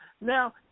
Now